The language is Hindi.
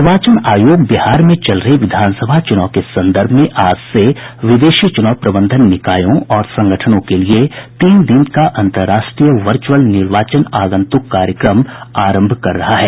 निर्वाचन आयोग बिहार में चल रहे विधानसभा चुनाव के संदर्भ में आज से विदेशी चुनाव प्रबंधन निकायों और संगठनों के लिए तीन दिन का अंतर्राष्ट्रीय वर्चुअल निर्वाचन आगंतुक कार्यक्रम आरंभ कर रहा है